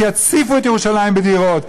שיציפו את ירושלים בדירות,